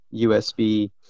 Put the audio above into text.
USB